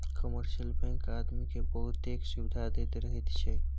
commercial bank आदमी केँ बहुतेक सुविधा दैत रहैत छै